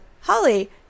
Holly